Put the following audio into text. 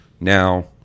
Now